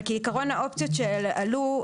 אבל כעקרון האופציות שעלו,